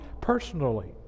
personally